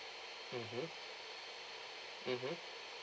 mmhmm mmhmm